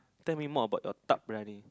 tell me more about your tak berani